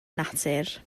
natur